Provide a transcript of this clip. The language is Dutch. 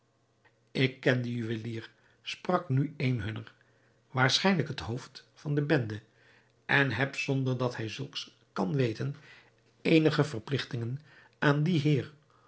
ik ken dien juwelier sprak nu een hunner waarschijnlijk het hoofd van de bende en heb zonder dat hij zulks kan weten eenige verpligting aan dien heer